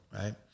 right